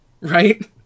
right